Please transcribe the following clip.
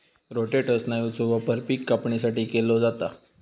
rotator स्नायूचो वापर पिक कापणीसाठी केलो जाता